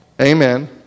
Amen